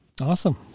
Awesome